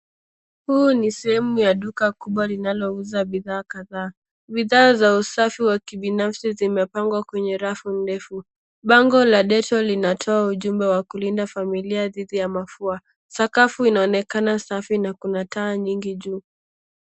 Huu ni sehemu ya duka kubwa linalo uza bidhaa kadhaa. Bidhaa za usafi wa kibinafsi zimepangwa kwenye rafu ndefu. Bango la Dettol linatoa ujumbe wa kulinda familia dhithi ya mafua. Sakafu inaonekana safi na kuna taa nyingi juu.